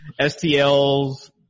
STL's